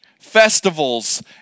festivals